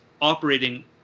operating